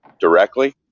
directly